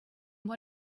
what